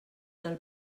del